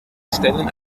stellen